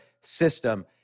system